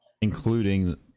including